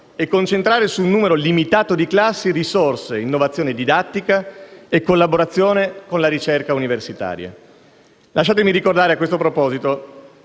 e concentrare su un numero limitato di classi risorse, innovazione didattica e collaborazione con la ricerca universitaria. Lasciatemi ricordare a questo proposito